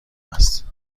است